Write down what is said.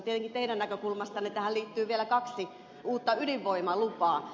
tietenkin teidän näkökulmastanne tähän liittyy vielä kaksi uutta ydinvoimalupaa